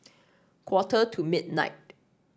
quarter to midnight